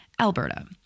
Alberta